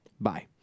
Bye